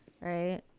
Right